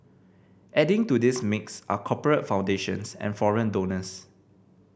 adding to this mix are corporate foundations and foreign donors